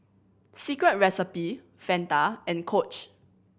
Secret Recipe Fanta and Coach